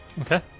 Okay